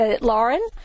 Lauren